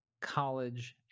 college